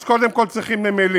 אז קודם כול, צריכים נמלים,